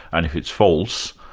and if it's false,